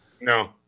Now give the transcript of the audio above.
No